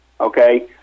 Okay